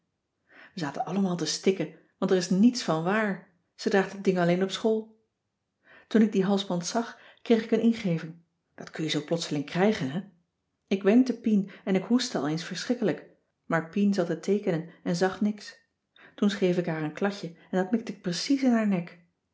we zaten allemaal te stikken want er is niets van waar ze draagt het ding alleen op school toen ik dien halsband zag kreeg ik een ingeving dat kun je zoo plotseling krijgen hè ik wenkte pien en ik hoestte al eens verschrikkelijk maar pien zat te teekenen en zag niks toen schreef ik haar een kladje en dat mikte ik precies in haar nek